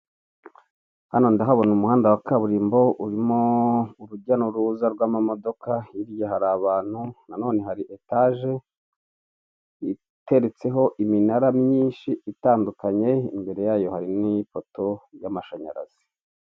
Hano ndahabona umuhanda wa kaburimbo urimo urujya n'uruza rw'amamodoka hirya hari abantu nanone hari etage, iteretseho iminara myinshi itandukanye, imbere yayo hari n'ipoto y'amashanyarazi.